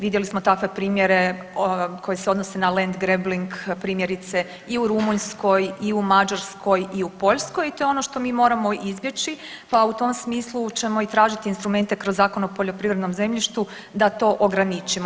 Vidjeli smo takve primjere koji se odnose na land grabbing primjerice i u Rumunjskoj i u Mađarskoj i u Poljskoj i to je ono što mi moramo izbjeći, pa u tom smislu ćemo i tražiti instrumente kroz Zakon o poljoprivrednom zemljištu da to ograničimo.